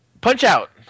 Punch-Out